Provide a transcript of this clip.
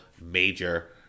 major